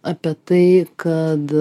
apie tai kad